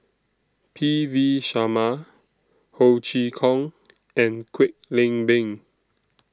P V Sharma Ho Chee Kong and Kwek Leng Beng